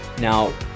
Now